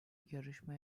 yarışma